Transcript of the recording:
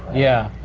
yeah.